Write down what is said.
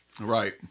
Right